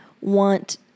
want